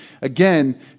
Again